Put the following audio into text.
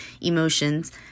emotions